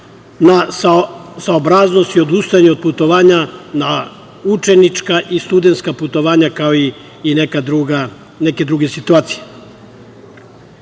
na saobraznosti, odustajanju od putovanja, na učenička i studentska putovanja, kao i neke druge situacije.